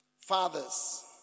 fathers